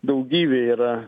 daugybė yra